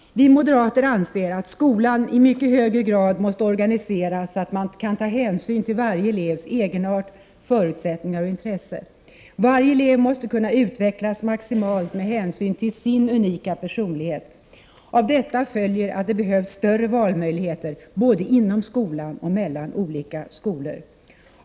Vi moderater anser att skolan i mycket högre grad måste organiseras så, att man tar hänsyn till varje elevs egenart, förutsättningar och intresse. Varje elev måste kunna utvecklas maximalt med hänsyn till sin unika personlighet. Av detta följer att det behövs större valmöjligheter både inom skolan och mellan olika skolor.